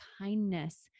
kindness